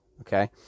okay